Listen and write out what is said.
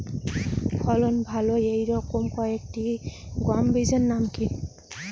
ফলন ভালো এই রকম কয়েকটি গম বীজের নাম কি?